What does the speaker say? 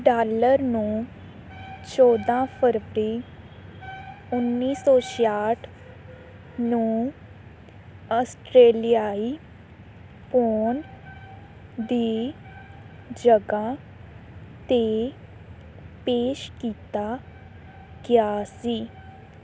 dollar ਨੂੰ ਚੌਦ੍ਹਾਂ ਫਰਵਰੀ ਉੱਨੀ ਸੌ ਛਿਆਹਠ ਨੂੰ ਆਸਟ੍ਰੇਲੀਆਈ ਪੌਂਡ ਦੀ ਜਗ੍ਹਾ 'ਤੇ ਪੇਸ਼ ਕੀਤਾ ਗਿਆ ਸੀ